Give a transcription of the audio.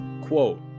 quote